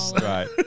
right